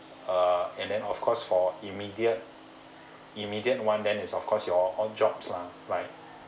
err and then of course for immediate immediate one then is of course your own jobs lah right